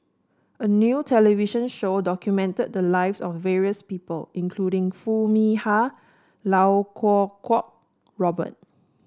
a new television show documented the lives of various people including Foo Mee Har Lau Kuo Kwong Robert